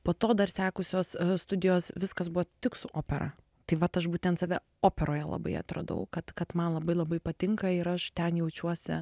po to dar sekusios studijos viskas buvo tik su opera tai vat aš būtent save operoje labai atradau kad kad man labai labai patinka ir aš ten jaučiuosi